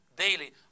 Daily